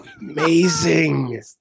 amazing